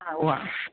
ആ ഉവ്വ